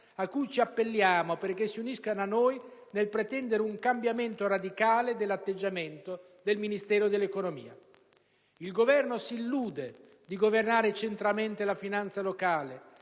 a cui ci appelliamo perché si uniscano a noi nel pretendere un cambiamento radicale dell'atteggiamento del Ministero dell'economia. Il Governo si illude di governare centralmente la finanza locale,